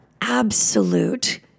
absolute